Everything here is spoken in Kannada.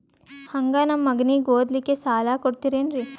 ಹಂಗ ನಮ್ಮ ಮಗನಿಗೆ ಓದಲಿಕ್ಕೆ ಸಾಲ ಕೊಡ್ತಿರೇನ್ರಿ?